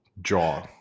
Jaw